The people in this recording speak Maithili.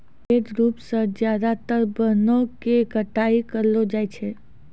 अवैध रूप सॅ ज्यादातर वनों के कटाई करलो जाय छै